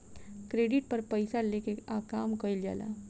credit पर पइसा लेके आ काम कइल जाला